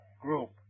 group